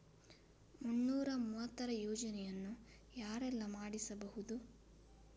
ಮುನ್ನೂರ ಮೂವತ್ತರ ಯೋಜನೆಯನ್ನು ಯಾರೆಲ್ಲ ಮಾಡಿಸಬಹುದು?